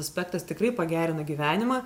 aspektas tikrai pagerina gyvenimą